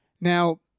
Now